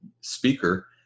speaker